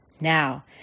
Now